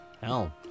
Hell